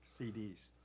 CDs